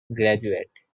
graduate